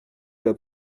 l’a